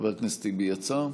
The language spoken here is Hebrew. חבר הכנסת טיבי יצא?